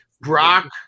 Brock